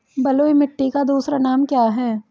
बलुई मिट्टी का दूसरा नाम क्या है?